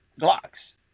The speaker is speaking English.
Glocks